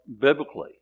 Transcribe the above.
biblically